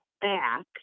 back